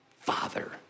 father